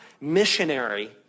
missionary